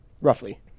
roughly